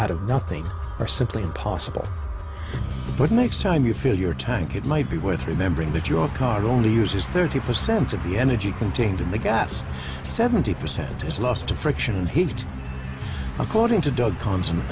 out of nothing are simply impossible but next time you fill your tank it might be worth remembering that your car only uses thirty percent of the energy contained in the gas seventy percent is lost to friction and heat according to doug